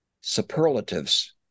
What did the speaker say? superlatives